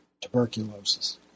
tuberculosis